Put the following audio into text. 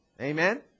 Amen